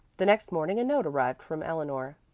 the next morning a note arrived from eleanor.